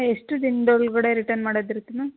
ಎಷ್ಟು ದಿನದ್ ಒಳಗಡೆ ರಿಟನ್ ಮಾಡೋದ್ ಇರತ್ತೆ ಮ್ಯಾಮ್